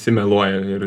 visi meluoja ir